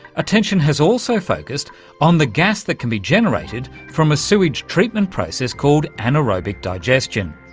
attention has also focussed on the gas that can be generated from a sewage treatment process called anaerobic digestion.